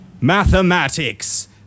Mathematics